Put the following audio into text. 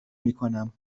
میکنم